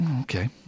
Okay